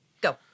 Go